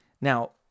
Now